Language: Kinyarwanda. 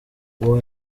uwo